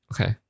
Okay